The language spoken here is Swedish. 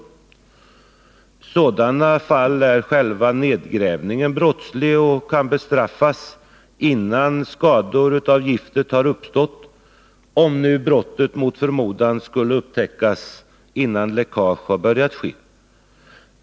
I sådana fall är själva nedgrävningen brottslig och kan bestraffas innan skador av giftet har uppstått, om nu brottet mot förmodan skulle upptäckas innan läckage har börjat ske.